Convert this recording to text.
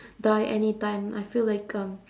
die anytime I feel like um